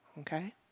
Okay